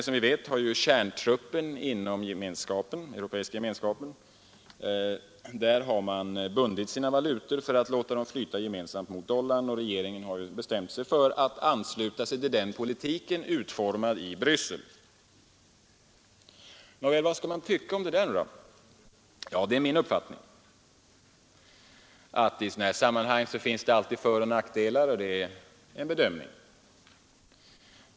Men kärntruppen inom EG har, som vi vet, bundit sina valutor för att låta dem gemensamt flyta gentemot dollarn. Regeringen har bestämt sig för att ansluta sig till den politiken, utformad i Bryssel. Vad skall man nu tycka om det? Det är min uppfattning att det i sådana här sammanhang alltid finns både föroch nackdelar. Detta är alltså en bedömningsfråga.